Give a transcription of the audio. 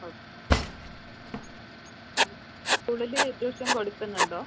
okay ആ സ്കൂളിൽ tuition കൊടുക്കുന്നുണ്ടോ